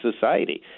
society